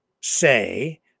say